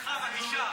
מפלגתך מגישה.